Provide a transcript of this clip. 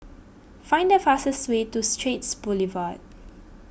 find the fastest way to Straits Boulevard